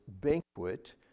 banquet